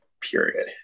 period